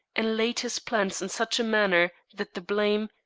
and laid his plans in such a manner that the blame,